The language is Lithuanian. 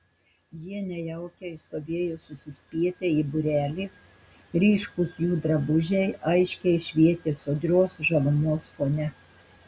jie nejaukiai stovėjo susispietę į būrelį ryškūs jų drabužiai aiškiai švietė sodrios žalumos fone